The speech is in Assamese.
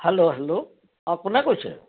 হেল্ল' হেল্ল' অঁ কোনে কৈছে